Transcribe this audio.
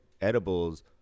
edibles